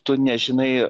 tu nežinai